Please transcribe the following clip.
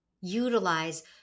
utilize